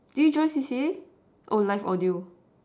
did you join C_C_A oh live audio